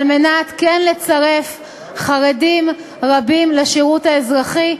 מנת כן לצרף חרדים רבים לשירות האזרחי.